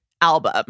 album